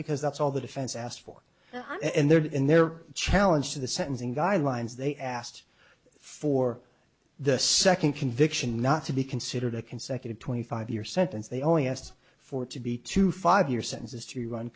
because that's all the defense asked for in their challenge to the sentencing guidelines they asked for the second conviction not to be considered a consecutive twenty five year sentence they only asked for it to be two five year sentences to run